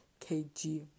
KG